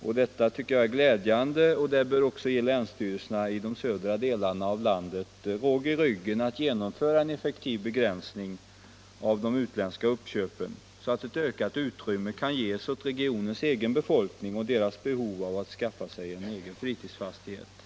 Det tycker jag är glädjande, och det bör också kunna ge länsstyrelserna i södra delarna av landet ”råg i ryggen” att genomföra en effektiv begränsning av de utländska uppköpen så att ett ökat utrymme kan ges åt regionens egen befolkning att skaffa fritidsfastigheter.